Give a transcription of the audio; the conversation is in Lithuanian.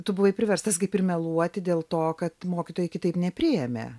tu buvai priverstas kaip ir meluoti dėl to kad mokytojai kitaip nepriėmė